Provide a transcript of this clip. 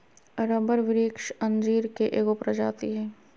rubber वृक्ष अंजीर के एगो प्रजाति हइ